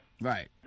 Right